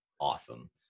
awesome